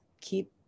keep